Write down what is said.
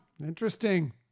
interesting